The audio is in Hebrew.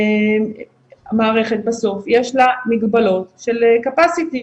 בסוף יש לה מגבלות של קפסיטי.